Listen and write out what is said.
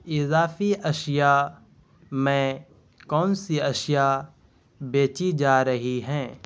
اضافی اشیا میں کون سی اشیا بیچی جا رہی ہیں